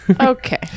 Okay